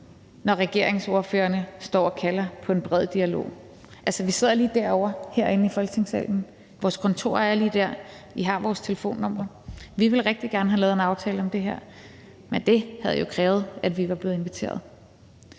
når regeringsordførerne står og kalder på en bred dialog. Altså, vi sidder lige derovre herinde i Folketingssalen. Vores kontorer er lige der, I har vores telefonnumre. Vi ville rigtig gerne have lavet en aftale om det her. Men det havde jo krævet, at vi var blevet inviteret.